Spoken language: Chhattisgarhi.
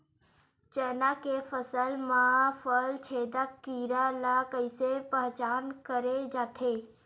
चना के फसल म फल छेदक कीरा ल कइसे पहचान करे जाथे?